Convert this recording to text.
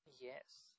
Yes